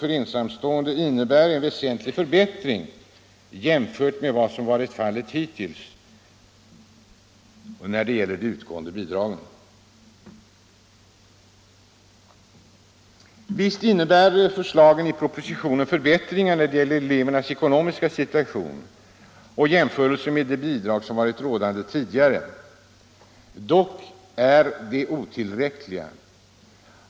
för ensamstående innebär en väsentlig förbättring jämfört med vad som hittills har utgått i bidrag. Visst innebär förslagen i propositionen förbättringar när det gäller elevernas ekonomiska situation i jämförelse med de bidrag som utgått tidigare. Dock är förbättringarna otillräckliga.